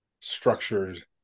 structured